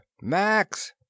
Max